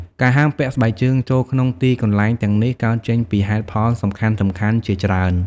ការហាមពាក់ស្បែកជើងចូលក្នុងទីកន្លែងទាំងនេះ កើតចេញពីហេតុផលសំខាន់ៗជាច្រើន។